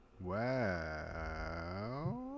Wow